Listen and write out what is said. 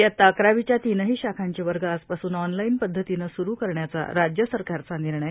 इयत्ता अकरावीच्या तीनही शाखांचे वर्ग आजपासून ऑनलाईन पद्धतीनं स्रू करण्याचा राज्य सरकारचा निर्णय